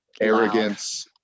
arrogance